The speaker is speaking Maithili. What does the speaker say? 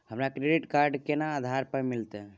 हमरा क्रेडिट कार्ड केना आधार पर मिलते?